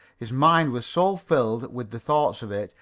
his mind was so filled with the thought of it,